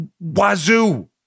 wazoo